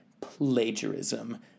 Plagiarism